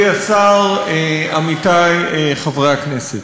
מכובדי השר, עמיתי חברי הכנסת,